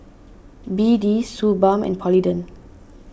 B D Suu Balm and Polident